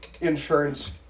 insurance